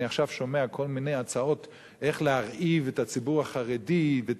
אני עכשיו שומע כל מיני הצעות איך להרעיב את הציבור החרדי ואת